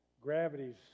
Gravity's